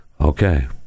okay